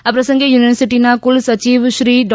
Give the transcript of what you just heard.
આ પ્રસંગે યુનિવર્સિટીના કુલસચિવ શ્રી ડો